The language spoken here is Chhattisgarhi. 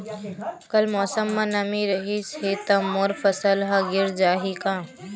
कल मौसम म नमी रहिस हे त मोर फसल ह गिर जाही का?